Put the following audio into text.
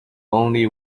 only